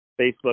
Facebook